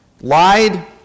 lied